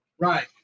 Right